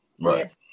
Right